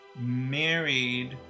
married